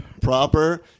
Proper